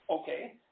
Okay